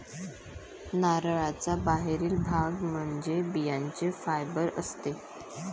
नारळाचा बाहेरील भाग म्हणजे बियांचे फायबर असते